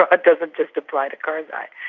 ah doesn't just apply to karzai.